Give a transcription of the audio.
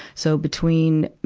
so between,